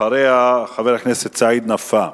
אחריה, חבר הכנסת סעיד נפאע.